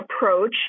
approach